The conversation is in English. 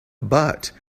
but